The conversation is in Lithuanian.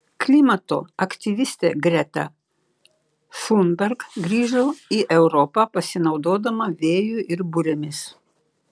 klimato aktyvistė greta thunberg grįžo į europą pasinaudodama vėju ir burėmis